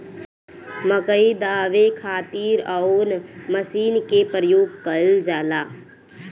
मकई दावे खातीर कउन मसीन के प्रयोग कईल जाला?